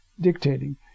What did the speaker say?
dictating